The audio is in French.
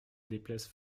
déplaise